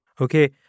Okay